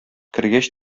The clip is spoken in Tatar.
кергәч